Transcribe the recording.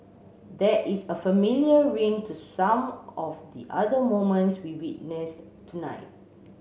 there is a familiar ring to some of the other moments we witnessed tonight